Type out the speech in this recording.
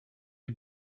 est